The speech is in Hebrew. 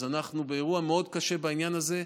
אז אנחנו באירוע מאוד קשה בעניין הזה,